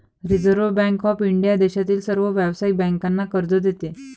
reserve bank of India देशातील सर्व व्यावसायिक बँकांना कर्ज देते